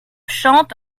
chante